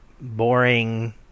boring